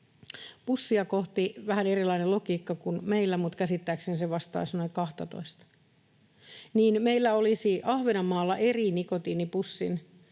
pussia kohti — vähän erilainen logiikka kuin meillä, mutta käsittääkseni se vastaisi noin 12:ta — niin meillä olisi Ahvenanmaalla eri nikotiinipussin